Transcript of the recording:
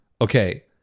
Okay